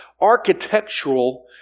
architectural